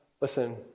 listen